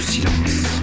silence